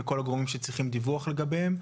ואת כל הגורמים שצריכים דיווח לגביהם.